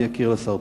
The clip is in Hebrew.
אני אוקיר זאת.